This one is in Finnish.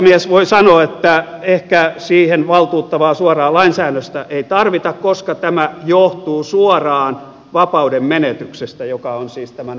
oikeusasiamies voi sanoa että ehkä siihen valtuuttavaa suoraa lainsäädöstä ei tarvita koska tämä johtuu suoraan vapauden menetyksestä joka on siis tämän vankeusrangaistuksen tarkoitus